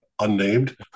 Unnamed